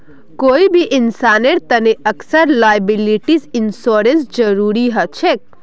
कोई भी इंसानेर तने अक्सर लॉयबिलटी इंश्योरेंसेर जरूरी ह छेक